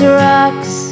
rocks